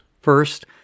First